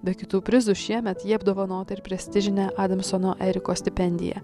be kitų prizų šiemet ji apdovanota ir prestižine adamsono eriko stipendija